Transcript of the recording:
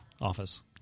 office